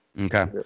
Okay